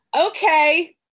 Okay